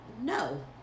No